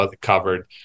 covered